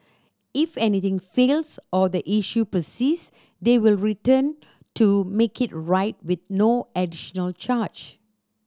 if anything fails or the issue persists they will return to make it right with no additional charge